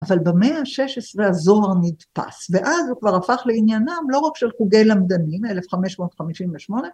אבל במאה ה-16 הזוהר נדפס, ואז הוא כבר הפך לעניינם לא רק של קוגל עמדני מ-1558